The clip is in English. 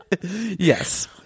Yes